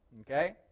okay